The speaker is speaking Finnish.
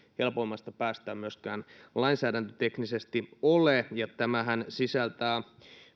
helpoimmasta päästä myöskään lainsäädäntöteknisesti ole tämähän sisältää